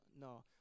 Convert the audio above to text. No